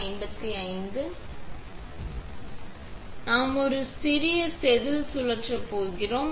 அடுத்து நாம் ஒரு சிறிய செதில் சுழற்ற போகிறோம்